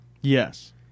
Yes